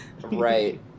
Right